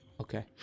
Okay